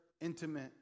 intimate